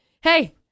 hey